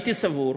הייתי סבור,